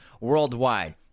worldwide